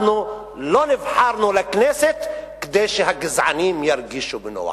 אנחנו לא נבחרנו לכנסת כדי שהגזענים ירגישו בנוח.